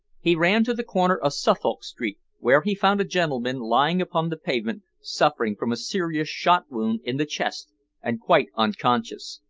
he ran to the corner of suffolk street, where he found a gentleman lying upon the pavement suffering from a serious shot-wound in the chest and quite unconscious.